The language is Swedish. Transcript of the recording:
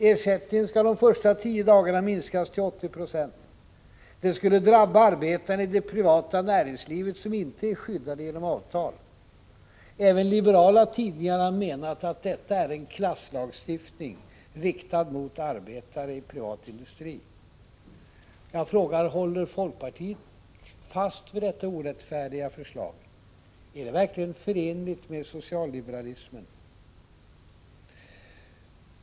Ersättningen skall de första tio dagarna minskas till 80 20. Det skulle drabba arbetare i det privata näringslivet som inte är skyddade genom avtal. Även liberala tidningar har menat att detta är en klasslagstiftning, riktad mot arbetare i privat industri. Jag frågar: Håller folkpartiet fast vid detta orättfärdiga förslag? Är det verkligen förenligt med socialliberalismen?